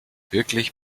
wirklich